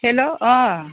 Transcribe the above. hello अ